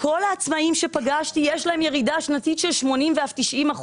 לכל העצמאים שפגשתי יש ירידה שנתית של 80% ואף 90%,